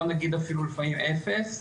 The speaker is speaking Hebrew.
בוא נגיד אפילו לפעמים אפס,